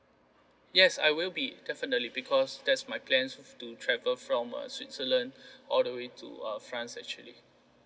yes I will be definitely because that's my plan to travel from uh switzerland all the way to uh france actually